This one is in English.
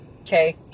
okay